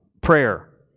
Prayer